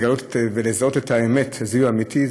לגלות ולזהות את האמת זיהוי אמיתי,